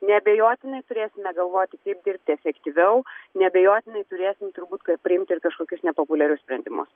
neabejotinai turėsime galvoti kaip dirbti efektyviau neabejotinai turėsim turbūt kad priimti ir kažkokius nepopuliarius sprendimus